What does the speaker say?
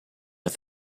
but